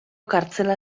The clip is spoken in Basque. kartzela